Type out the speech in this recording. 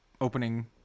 opening